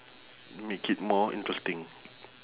make it more interesting